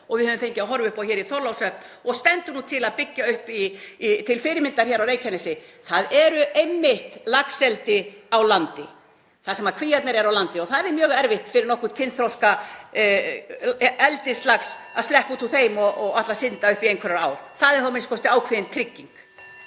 og við höfum fengið að horfa upp á í Þorlákshöfn og stendur til að byggja upp til fyrirmyndar hér á Reykjanesi, en það er laxeldi á landi. Þar eru kvíarnar á landi og yrði mjög erfitt fyrir nokkurn kynþroska eldislax að sleppa út úr þeim og ætla að synda upp í einhverjar ár. Þar er þó a.m.k. ákveðin trygging.